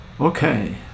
Okay